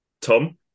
Tom